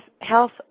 Health